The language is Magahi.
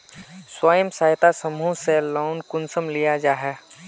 स्वयं सहायता समूह से लोन कुंसम लिया जाहा?